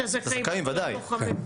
את הזכאים אתה רוצה לחמש.